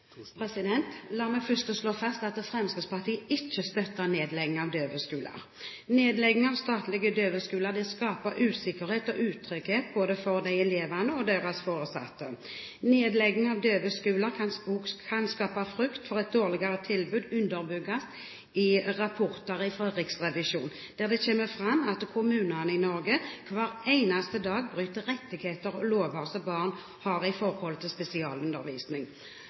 La meg først slå fast at Fremskrittspartiet ikke støtter nedlegging av døveskoler. Nedlegging av statlige døveskoler skaper usikkerhet og utrygghet både for elevene og deres foresatte. Nedlegging av døveskoler kan skape frykt for et dårligere tilbud, noe som underbygges i rapporter fra Riksrevisjonen, der det kommer fram at kommunene i Norge hver eneste dag bryter rettigheter og lover som barn har når det gjelder spesialundervisning.